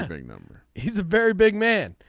and big number. he's a very big man.